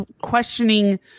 questioning